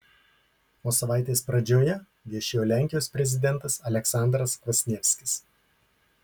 o savaitės pradžioje viešėjo lenkijos prezidentas aleksandras kvasnievskis